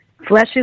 fleshes